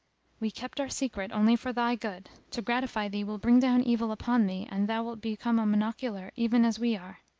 we kept our secret only for thy good to gratify thee will bring down evil upon thee and thou wilt become a monocular even as we are.